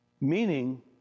Meaning